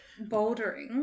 Bouldering